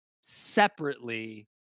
separately